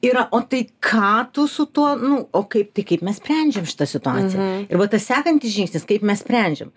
yra o tai ką tu su tuo nu o kaip tai kaip mes sprendžiam šitą situaciją ir va tas sekantis žingsnis kaip mes sprendžiam